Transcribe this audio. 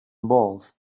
modd